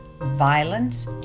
violence